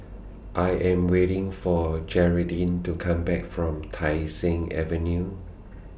I Am waiting For Gearldine to Come Back from Tai Seng Avenue